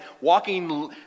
walking